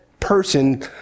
person